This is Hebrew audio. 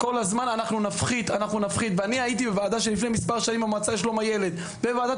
אני הייתי בישיבה לפני מספר שנים עם המועצה לשלום הילד בוועדת